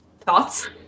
Thoughts